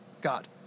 God